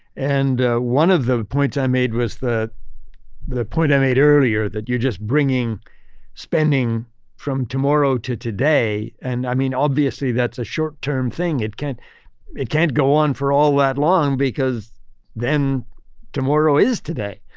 and one of the points i made was the the point i made earlier, that you're just bringing spending from tomorrow to today. and i mean, obviously that's a short term thing. it can't it can't go on for all that long because then tomorrow is today.